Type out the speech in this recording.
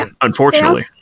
Unfortunately